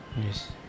Yes